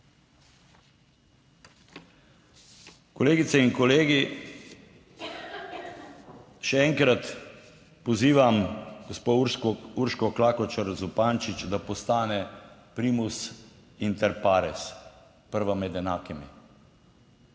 Kolegice in kolegi, še enkrat pozivam gospo Urško Klakočar Zupančič, da postane primus inter pares, prva med enakimi,